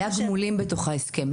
היו גמולים בתוך ההסכם.